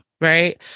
right